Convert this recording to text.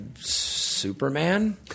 Superman